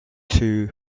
two